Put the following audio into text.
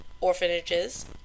orphanages